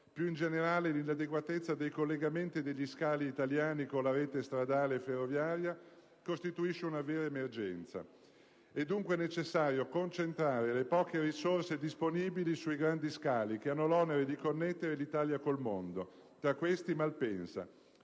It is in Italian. Più in generale, l'inadeguatezza dei collegamenti degli scali italiani con la rete stradale e ferroviaria costituisce una vera e propria emergenza. È dunque necessario concentrare le poche risorse disponibili sui grandi scali che hanno l'onere di connettere l'Italia col mondo. Tra questi vi è Malpensa.